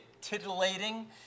titillating